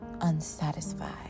unsatisfied